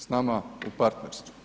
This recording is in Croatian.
S nama u partnerstvu.